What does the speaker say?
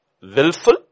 willful